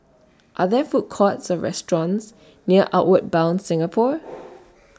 Are There Food Courts Or restaurants near Outward Bound Singapore